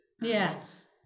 Yes